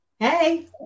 Hey